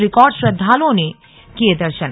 record श्रद्वालुओं ने किये दर्षन